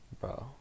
Bro